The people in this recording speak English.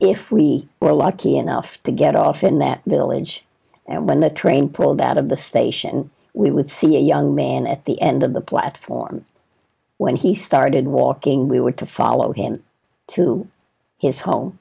if we were lucky enough to get off in that village and when the train pulled out of the station we would see a young man at the end of the platform when he started walking we were to follow him to his home